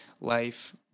life